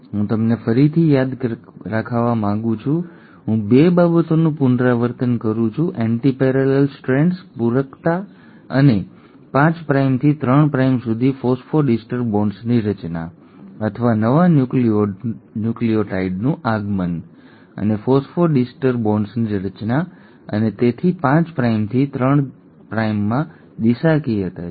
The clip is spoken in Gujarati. હવે હું તમને ફરીથી યાદ રાખવા માંગું છું હું બે બાબતોનું પુનરાવર્તન કરું છું એન્ટિપેરેલ સ્ટ્રેન્ડ્સ પૂરકતા અને 5 પ્રાઇમથી 3 પ્રાઇમ સુધી ફોસ્ફોડિસ્ટર બોન્ડ્સની રચના અથવા નવા ન્યુક્લિઓટાઇડનું આગમન અને ફોસ્ફોડિસ્ટર બોન્ડ્સની રચના અને તેથી 5 પ્રાઇમથી 3 પ્રાઇમમાં દિશાકીયતા છે